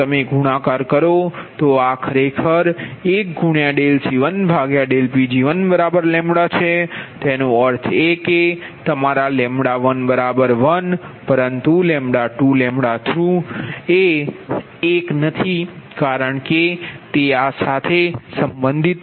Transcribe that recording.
જો તમે ગુણાકાર કરો તો આ ખરેખર 1 × dC1dPg1 λ છેતેનો અર્થ એ કે તમારા L11 પરંતુ L2L3 એ 1 નથી કારણ કે તે આ સાથે સંબંધિત છે